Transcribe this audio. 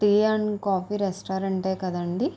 tea and coffee రెస్టారెంటే కదండి